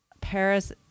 Paris